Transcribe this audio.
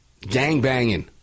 gangbanging